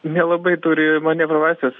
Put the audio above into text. nelabai turi manevro laisvės